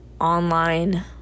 online